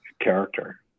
character